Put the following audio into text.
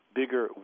bigger